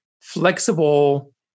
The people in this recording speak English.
flexible